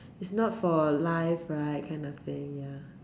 it's not for life right kind of thing ya